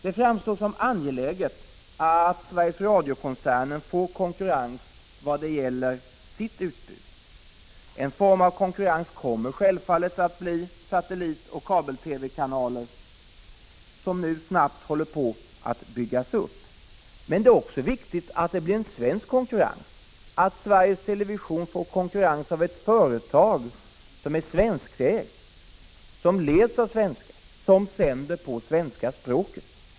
Det framstår som angeläget att Sveriges Radio-koncernen får konkurrens i vad gäller utbud. En form av konkurrens kommer självfallet att bli de satellitoch kabel-TV-kanaler som snabbt håller på att byggas upp. Men det är också viktigt att det blir en svensk konkurrens, dvs. att Sveriges Television får konkurrens av ett företag som är svenskägt, som leds av svenskar och som sänder på svenska språket.